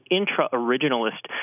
intra-originalist